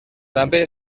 també